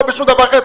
לא בשום דבר אחר,